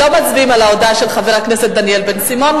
לא מצביעים על ההודעה של חבר הכנסת דניאל בן-סימון,